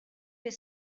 fer